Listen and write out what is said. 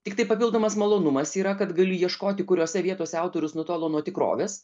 tiktai papildomas malonumas yra kad gali ieškoti kuriose vietose autorius nutolo nuo tikrovės